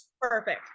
Perfect